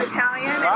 Italian